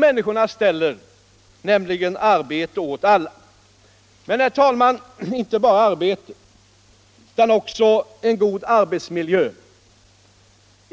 människorna ställer på politiken, nämligen arbete åt alla. Men, herr' talman, det gäller inte bara arbete utan också en god arbetsmiljö.